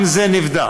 גם זה נבדק.